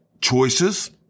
choices